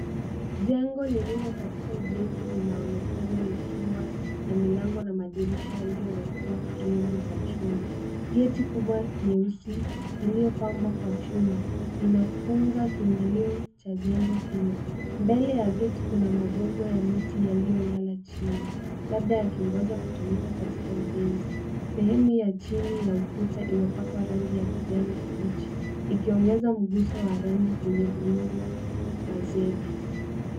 Jengo lililokatika ujenzi linaonekana likiwa na milango na madirisha yaliowekwa fremu za chuma, geti kubwa nyeusi iliopambwa kwa chuma inafunga kiingilio cha jengo hilo. Mbele ya geti kuna magogo ya miti yaliolala chini labda yakigoja kutumika katika ujenzi, sehemu ya chini ya ukuta imepakwa rangi ya kijani kibichi ikiongeza mguso wa rangi kwenye muundo wa zege.